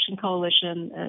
Coalition